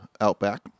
Outback